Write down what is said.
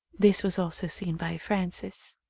this was also seen by frances.